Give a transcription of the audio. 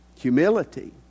humility